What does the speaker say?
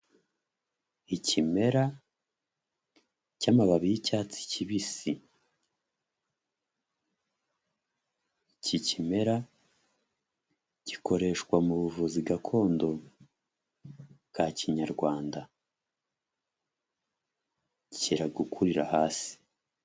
Ikimera cy'amababi y'icyatsi kibisi. Iki kimera gikoreshwa mu buvuzi gakondo bwa Kinyarwanda, kiri gukurira hasi.